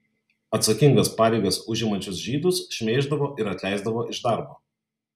atsakingas pareigas užimančius žydus šmeiždavo ir atleisdavo iš darbo